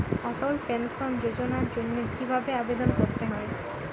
অটল pension যোজনার জন্য কি ভাবে আবেদন করতে হয়?